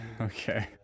Okay